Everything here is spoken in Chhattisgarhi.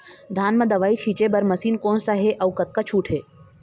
धान म दवई छींचे बर मशीन कोन सा हे अउ कतका छूट हे?